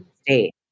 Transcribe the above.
state